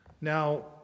Now